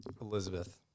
Elizabeth